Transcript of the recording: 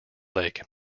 lake